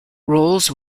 rolls